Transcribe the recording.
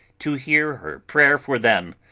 to hear her prayer for them,